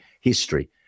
history